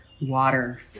water